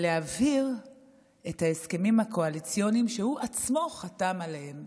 להבהיר את ההסכמים הקואליציוניים שהוא עצמו חתם עליהם,